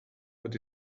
what